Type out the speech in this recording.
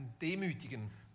demütigen